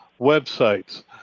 websites